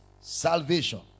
salvation